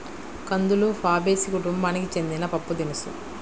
కందులు ఫాబేసి కుటుంబానికి చెందిన పప్పుదినుసు